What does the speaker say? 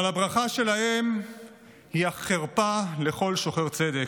אבל הברכה שלהם היא החרפה לכל שוחר צדק,